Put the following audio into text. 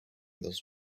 those